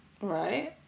right